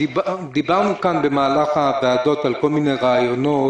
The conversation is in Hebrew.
דיברנו כאן במהלך הוועדות על כל מיני רעיונות,